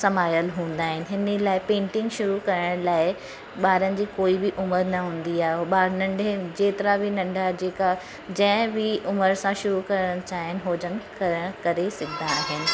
समायल हूंदा आहिनि हिन लाइ पेंटिंग शुरू करण लाइ ॿारनि जी कोई बि उमिरि न हूंदी आहे ॿार नंढे जेतिरा बि नंढा जेका जंहिं बि उमिरि सां शुरू करणु चाहीनि हो जन करण करे सघंदा आहिनि